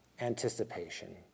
anticipation